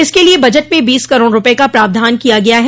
इसके लिए बजट में बीस करोड़ रूपये का प्रावधान किया गया है